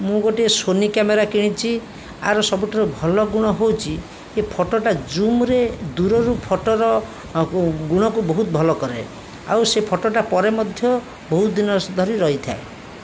ମୁଁ ଗୋଟିଏ Sony camera କିଣିଛି ଆର ସବୁଠାରୁ ଭଲ ଗୁଣ ହଉଛି ଏ ଫୋଟୋଟା ଜୁମ୍ରେ ଦୂରରୁ ଫୋଟୋର ଗୁଣକୁ ବହୁତ ଭଲ କରାଏ ଆଉ ସେ ଫୋଟୋଟା ପରେ ମଧ୍ୟ ବହୁତ ଦିନ ଧରି ରହିଥାଏ